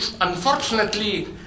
unfortunately